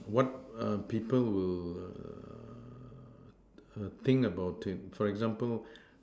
what err people will err err think about it for example